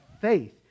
faith